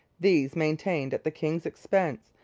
these, maintained at the king's expense,